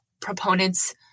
proponents